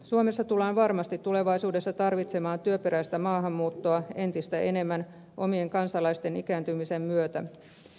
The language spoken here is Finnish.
suomessa tullaan varmasti tulevaisuudessa tarvitsemaan työperäistä maahanmuuttoa entistä enemmän omien kansalaisten ikääntymisen myötä